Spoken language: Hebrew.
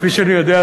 כפי שאני יודע,